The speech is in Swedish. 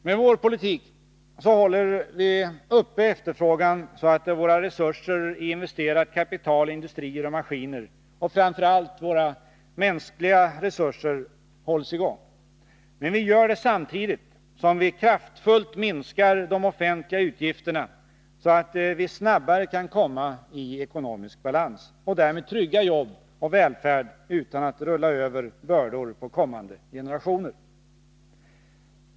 Med vår politik håller vi efterfrågan uppe, så att våra resurser i investerat kapital i industrier och maskiner och framför allt våra mänskliga resurser tas till vara. Men vi gör det samtidigt som vi kraftfullt minskar de offentliga utgifterna, så att vi snabbare kan komma i ekonomisk balans och därmed trygga jobb och välfärd utan att rulla över bördor på kommande generationer.